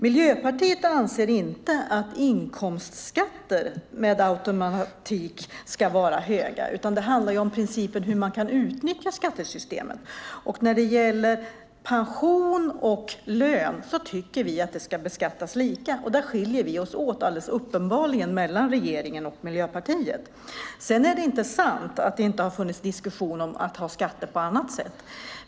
Miljöpartiet anser inte att inkomstskatter med automatik ska vara höga, utan det handlar om principerna för hur man kan utnyttja skattesystemen. När det gäller pension och lön tycker vi att det ska beskattas lika. Där skiljer vi oss alldeles uppenbarligen åt mellan regeringen och Miljöpartiet. Sedan är det inte sant att det inte har funnits diskussion om att ha skatter på annat sätt.